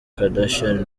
kardashian